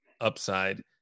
upside